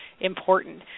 important